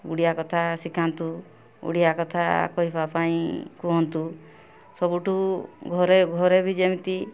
ଓଡ଼ିଆ କଥା ଶିଖାନ୍ତୁ ଓଡ଼ିଆ କଥା କହିବାପାଇଁ କୁହନ୍ତୁ ସବୁଠୁ ଘରେ ଘରେ ବି ଯେମିତି